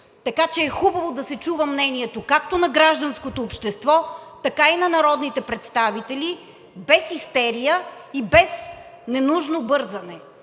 Така че е хубаво да се чува мнението както на гражданското общество, така и на народните представители – без истерия и без ненужно бързане.